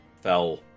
fell